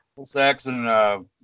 Saxon